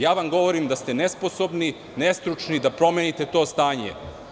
Ja vam govorim da ste nesposobni, nestručni da promenite to stanje.